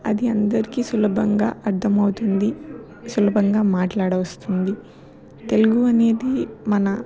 అది అందరికీ సులభంగా అర్థమవుతుంది సులభంగా మాట్లాడ వస్తుంది తెలుగు అనేది మన